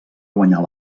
guanyar